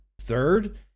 Third